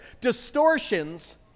distortions